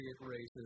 races